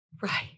Right